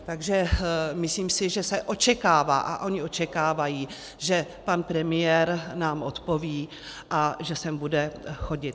Takže si myslím, že se očekává, že oni očekávají, že pan premiér nám odpoví a že sem bude chodit.